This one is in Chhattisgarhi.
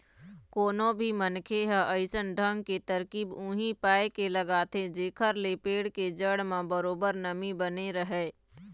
कोनो भी मनखे ह अइसन ढंग के तरकीब उही पाय के लगाथे जेखर ले पेड़ के जड़ म बरोबर नमी बने रहय